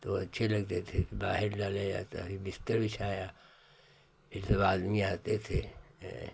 तो अच्छे लगते थे फिर बाहर डाला जाता फिर बिस्तर बिछाया फिर सब आदमी आते थे हाँ